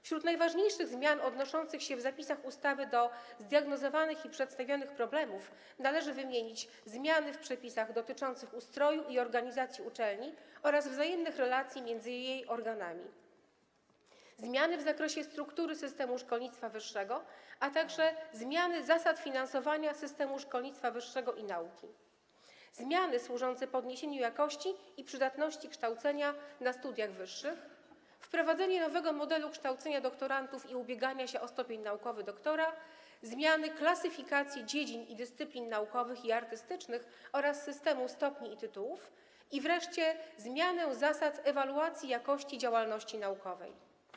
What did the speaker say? Wśród najważniejszych zmian odnoszących się w zapisach ustawy do zdiagnozowanych i przedstawionych problemów należy wymienić zmiany w przepisach dotyczących ustroju i organizacji uczelni oraz relacji między jej organami, zmiany w zakresie struktury systemu szkolnictwa wyższego, a także zmiany zasad finansowania systemu szkolnictwa wyższego i nauki, zmiany służące podniesieniu jakości i przydatności kształcenia na studiach wyższych, wprowadzenie nowego modelu kształcenia doktorantów i ubiegania się o stopień naukowy doktora, zmiany klasyfikacji dziedzin i dyscyplin naukowych i artystycznych oraz systemu stopni i tytułów i wreszcie zmianę zasad ewaluacji jakości działalności naukowej.